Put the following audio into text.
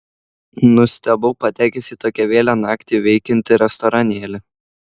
nustebau patekęs į tokią vėlią naktį veikiantį restoranėlį